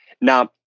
Now